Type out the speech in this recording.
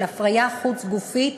של הפריה חוץ-גופית,